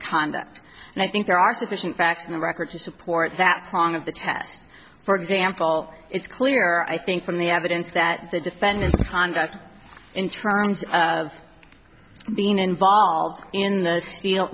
conduct and i think there are sufficient facts in the record to support that prong of the test for example it's clear i think from the evidence that the defendant conduct in terms of being involved in the steel